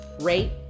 rate